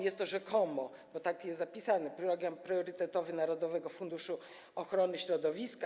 Jest to rzekomo, bo tak jest zapisane, program priorytetowy narodowego funduszu ochrony środowiska.